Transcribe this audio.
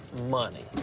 money.